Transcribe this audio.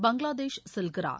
பங்களாதேஷ் செல்கிறார்